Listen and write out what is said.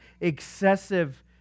excessive